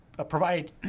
provide